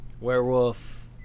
werewolf